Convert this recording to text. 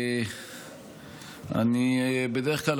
בדרך כלל,